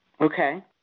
Okay